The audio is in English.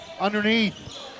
Underneath